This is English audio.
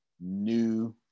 new